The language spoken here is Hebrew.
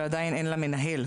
ועדיין אין לה מנהל.